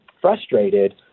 frustrated